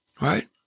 right